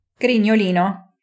Grignolino